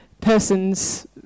person's